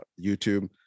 youtube